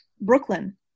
Brooklyn